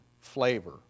flavor